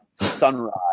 sunrise